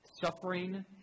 Suffering